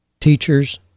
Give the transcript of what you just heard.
teachers